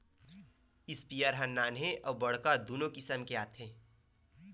sprayer ह नान्हे अउ बड़का दुनो किसम के आथे